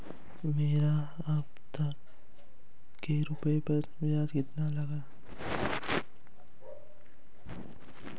मेरे अब तक के रुपयों पर ब्याज कितना लगा है?